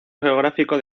geográfico